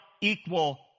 equal